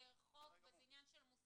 זה בסוף עניין של חוק ומוסריות,